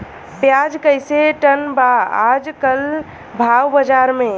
प्याज कइसे टन बा आज कल भाव बाज़ार मे?